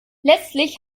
letztlich